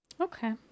Okay